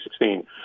2016